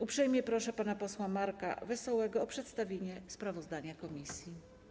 Uprzejmie proszę pana posła Marka Wesołego o przedstawienie sprawozdania komisji.